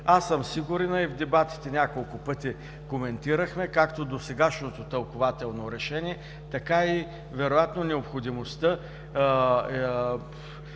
Аз съм сигурен и в дебатите няколко пъти коментирахме както досегашното тълкувателно решение, така и вероятно необходимостта,